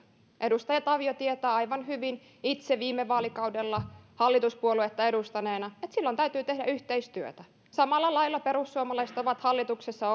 edustaja tavio tietää aivan hyvin itse viime vaalikaudella hallituspuoluetta edustaneena että silloin täytyy tehdä yhteistyötä samalla lailla perussuomalaiset ovat hallituksessa